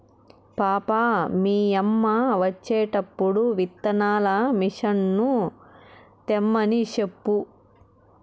పాపా, మీ యమ్మ వచ్చేటప్పుడు విత్తనాల మిసన్లు తెమ్మని సెప్పు